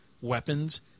weapons